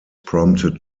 prompted